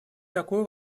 такую